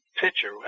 picture